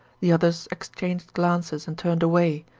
the others exchanged glances and turned away,